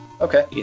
Okay